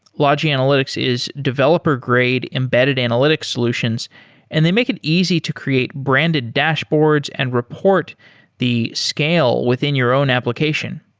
logi analytics is developer grade embedded analytics solutions and they make it easy to create branded dashboards and report the scale within your own application.